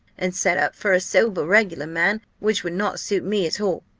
and set up for a sober, regular man which would not suit me at all.